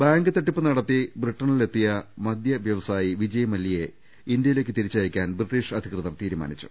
bank തട്ടിപ്പ് നടത്തി ബ്രിട്ടണിലെത്തിയ മദ്യ വ്യവസായി വിജയ് മല്യയെ ഇന്ത്യയിലേക്ക് തിരിച്ചയക്കാൻ ബ്രിട്ടീഷ് അധികൃതർ തീരു മാനിച്ചു